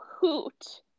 hoot